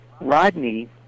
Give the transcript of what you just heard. Rodney